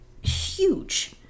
huge